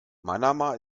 manama